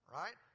right